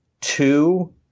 two